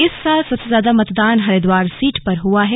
इस साल सबसे ज्यादा मतदान हरिद्वार सीट पर हुआ है